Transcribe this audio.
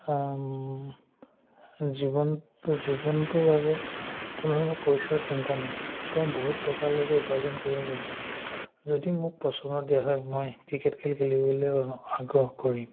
জীৱন জীৱনটোৰ বাবে কোনো ধৰণৰ পইচাৰ চিন্তা নাই তেওঁ বহুত টকালৈকে উপাৰ্জন কৰিব পাৰে যদি মোক প্ৰশ্ন দিয়া হয় মই ক্ৰিকেট খেল খেলিবলৈ আগ্ৰহ কৰিম